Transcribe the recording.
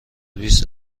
بیست